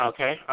Okay